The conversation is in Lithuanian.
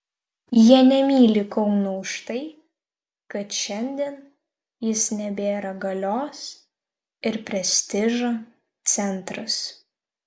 jie nemyli kauno už tai kad šiandien jis nebėra galios ir prestižo centras